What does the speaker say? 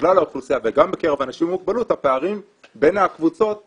בכלל האוכלוסייה וגם בקרב אנשים עם מוגבלות הפערים בין הקבוצות נשמרים.